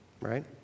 right